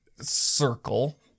circle